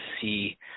see